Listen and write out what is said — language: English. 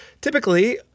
typically